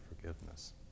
forgiveness